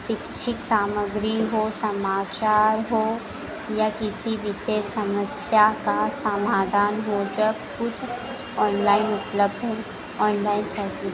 शिक्षक सामग्री हो समाचार हो या किसी विशेष समस्या का समाधान हो जब कुछ ऑनलाइन उपलब्ध हैं ऑनलाइन सब कुछ